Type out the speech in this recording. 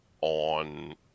on